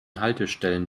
haltestellen